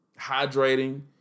hydrating